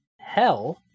hell